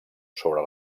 sobre